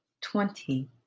twenty